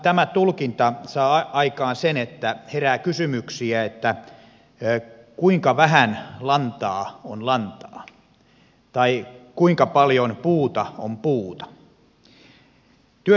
tämä tulkinta saa aikaan sen että herää kysymyksiä kuinka vähän lantaa on lantaa tai kuinka paljon puuta on puuta